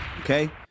Okay